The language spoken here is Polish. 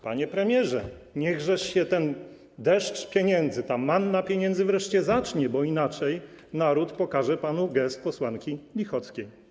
Panie premierze, niechżeż się ten deszcz pieniędzy, ta manna pieniędzy wreszcie zacznie, bo inaczej naród pokaże panu gest posłanki Lichockiej.